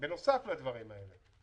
לדברים האלה.